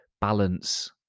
balance